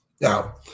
Now